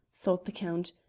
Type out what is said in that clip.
thought the count,